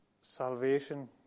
salvation